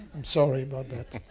i'm sorry about that.